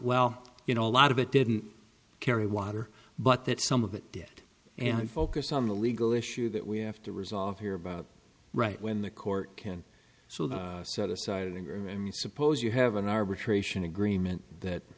well you know a lot of it didn't carry water but that some of it did and focus on the legal issue that we have to resolve here about right when the court can so the other side and suppose you have an arbitration agreement that